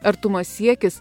artumo siekis